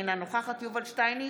אינה נוכחת יובל שטייניץ,